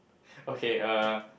okay uh